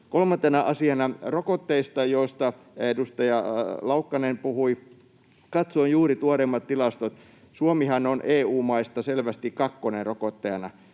Kolmantena asiana rokotteista, joista edustaja Laukkanen puhui: Katsoin juuri tuoreimmat tilastot. Suomihan on EU-maista selvästi kakkonen rokottajana.